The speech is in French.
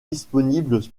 disponible